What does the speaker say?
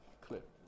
clip